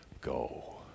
Go